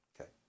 Okay